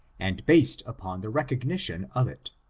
and based upon the recognition of it.